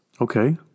Okay